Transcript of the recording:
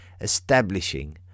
establishing